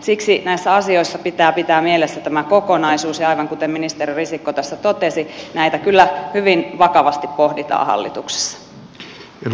siksi näissä asioissa pitää pitää mielessä tämä kokonaisuus ja aivan kuten ministeri risikko tässä totesi näitä kyllä hyvin vakavasti pohditaan hallituksessa